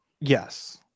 Yes